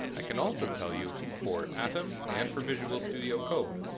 i can also tell you for atom and for visual studio code,